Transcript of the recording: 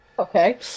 Okay